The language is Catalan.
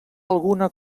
alguna